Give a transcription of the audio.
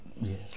Yes